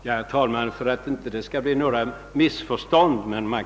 Vi har väl rätt att reagera.